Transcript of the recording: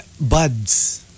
buds